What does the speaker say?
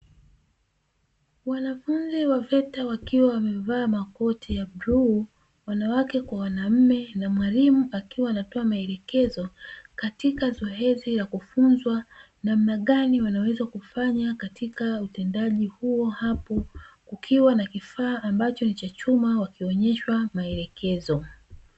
Wanafunzi wa veta wakiwa wamevaa makoti ya bluu, wanawake kwa wanaume na mwalimu akiwa anatoka maelekezo katika zoezi la kufunzwa namna gani wanaweza kufanya katika utendaji huo hapo kukiwa na kifaa ambacho nicha chuma wakionyeshwa maelekezo.